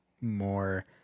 more –